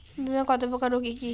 বীমা কত প্রকার ও কি কি?